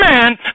man